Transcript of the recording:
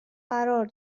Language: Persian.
قرار